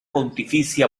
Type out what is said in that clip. pontificia